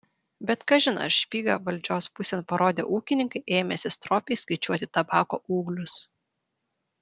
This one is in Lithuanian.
bet kažin ar špygą valdžios pusėn parodę ūkininkai ėmėsi stropiai skaičiuoti tabako ūglius